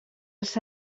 els